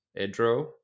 Edro